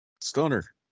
Stunner